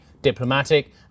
diplomatic